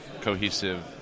cohesive